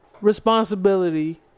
responsibility